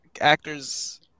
actor's